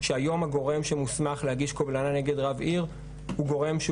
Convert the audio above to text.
שהיום הגורם שמוסמך להגיש קובלנה נגד רב עיר הוא גורם שהוא